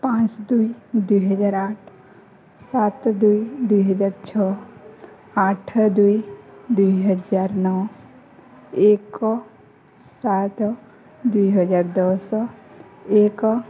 ପାଞ୍ଚ ଦୁଇ ଦୁଇହଜାର ଆଠ ସାତ ଦୁଇ ଦୁଇ ହଜାର ଛଅ ଆଠ ଦୁଇ ଦୁଇ ହଜାର ନଅ ଏକ ସାତ ଦୁଇ ହଜାର ଦଶ ଏକ